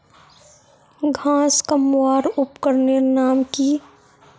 घांस कमवार उपकरनेर नाम की?